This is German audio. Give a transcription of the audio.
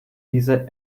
diese